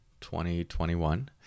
2021